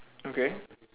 okay